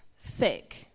thick